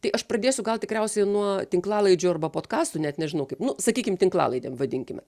tai aš pradėsiu gal tikriausiai nuo tinklalaidžių arba potkastų net nežinau kaip sakykim tinklalaidėm vadinkime